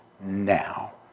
now